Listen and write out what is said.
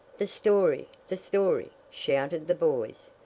the story! the story! shouted the boys,